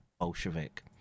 Bolshevik